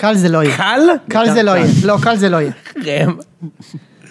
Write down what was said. ‫קל זה לא יהיה. ‫-קל? ‫קל זה לא יהיה. ‫לא, קל זה לא יהיה.